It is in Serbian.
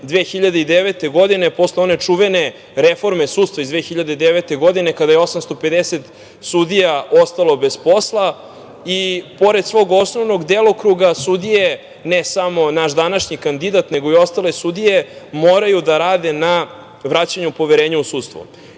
2009. godine, posle one čuvene reforme sudstva iz 2009. godine, kada je 850 sudija ostalo bez posla. I pored svog osnovnog delokruga sudije, ne samo naš današnji kandidat nego i ostale sudije, moraju da rade na vraćanju poverenja u